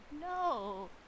no